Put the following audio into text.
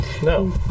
No